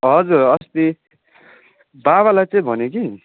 हजुर अस्ति बाबालाई चाहिँ भनेँ कि